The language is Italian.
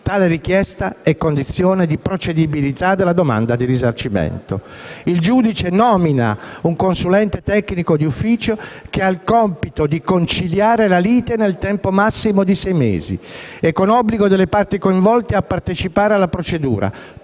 tale richiesta è condizione di procedibilità della domanda di risarcimento. Il giudice nomina un consulente tecnico d'ufficio con il compito di conciliare la lite nel tempo massimo di sei mesi e con obbligo delle parti coinvolte di partecipare alla procedura,